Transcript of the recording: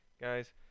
guys